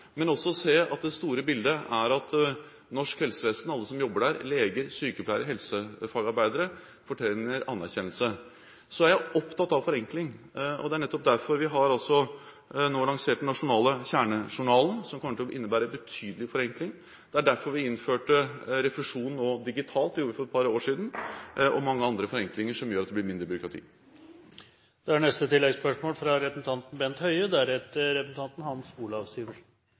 men også se at det store bildet er at norsk helsevesen og alle som jobber der – leger, sykepleiere, helsefagarbeidere – fortjener anerkjennelse. Så er jeg opptatt av forenkling. Og det er nettopp derfor vi nå altså har lansert den nasjonale kjernejournalen, som kommer til å innebære betydelig forenkling. Det er derfor vi innførte refusjon digitalt – det gjorde vi for et par år siden – og mange andre forenklinger som gjør at det blir mindre byråkrati.